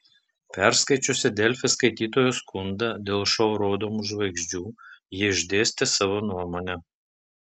perskaičiusi delfi skaitytojo skundą dėl šou rodomų žvaigždžių ji išdėstė savo nuomonę